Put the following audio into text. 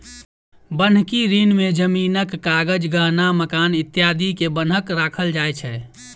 बन्हकी ऋण में जमीनक कागज, गहना, मकान इत्यादि के बन्हक राखल जाय छै